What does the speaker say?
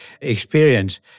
experience